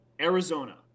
Arizona